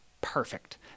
Perfect